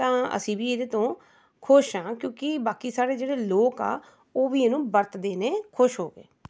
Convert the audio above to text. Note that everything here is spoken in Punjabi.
ਤਾਂ ਅਸੀਂ ਵੀ ਇਹਦੇ ਤੋਂ ਖੁਸ਼ ਹਾਂ ਕਿਉਂਕਿ ਬਾਕੀ ਸਾਰੇ ਜਿਹੜੇ ਲੋਕ ਆ ਉਹ ਵੀ ਇਹਨੂੰ ਵਰਤਦੇ ਨੇ ਖੁਸ਼ ਹੋ ਕੇ